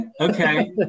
Okay